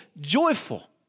joyful